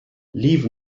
leave